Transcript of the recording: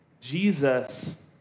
Jesus